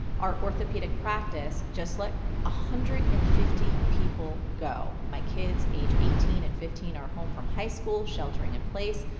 our orthopedic practice just let one ah hundred and fifty people go. my kids, age eighteen and fifteen, are home from high school sheltering in place.